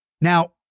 Now